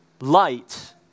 light